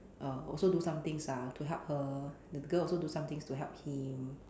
err also do some things ah to help her the girl also do some things to help him